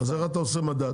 אז איך אתה עושה מדד?